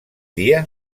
dia